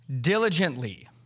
diligently